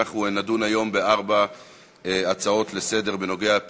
אנחנו נדון היום בהצעות לסדר-היום